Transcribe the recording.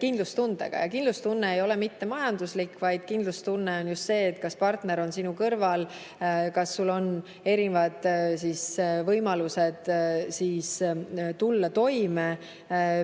kindlustundega. Ja kindlustunne ei ole mitte majanduslik, vaid kindlustunne on just see, kas partner on sinu kõrval, kas sul on erinevad võimalused tulla toime